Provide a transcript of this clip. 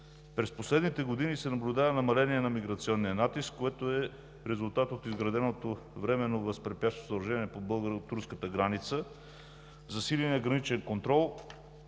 През последните години се наблюдава намаление на миграционния натиск, което е в резултат от изграденото временно възпрепятстващо съоръжение по българо-турската граница, засиления граничен контрол,